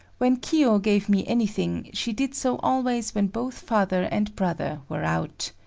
when kiyo gave me anything she did so always when both father and brother were out.